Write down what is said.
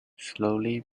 slowly